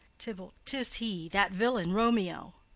tyb. tis he, that villain romeo.